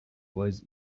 was